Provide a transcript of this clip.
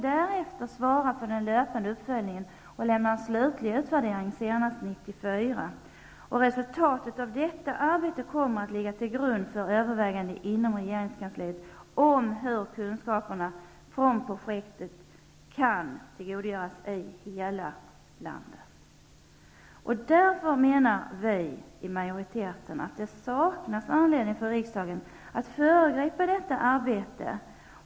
Därefter skall BRÅ svara för den löpande uppföljningen och lämna en slutlig utvärdering senast år 1994. Resultatet av detta arbete kommer att ligga till grund för överväganden inom regeringskansliet hur kunskaperna från projektet kan tillgodogöras i hela landet. Det saknas därför anledning, menar vi i majoriteten, för riksdagen att föregripa detta arbete.